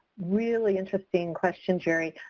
really interesting question, jerry.